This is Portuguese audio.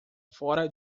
fora